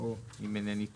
אם אינני טועה.